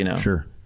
Sure